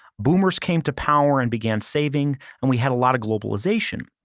boomers came to power and began saving and we had a lot of globalization.